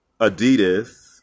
Adidas